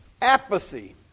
apathy